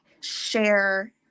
share